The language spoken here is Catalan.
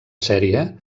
sèrie